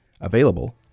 available